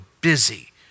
busy